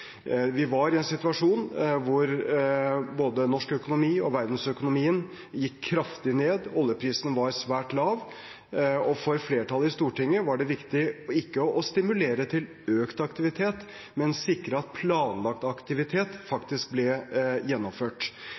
Vi var i en situasjon der både norsk økonomi og verdensøkonomien gikk kraftig ned, oljeprisen var svært lav, og for flertallet i Stortinget var det viktig ikke å stimulere til økt aktivitet, men å sikre at planlagt aktivitet faktisk ble gjennomført.